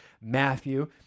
Matthew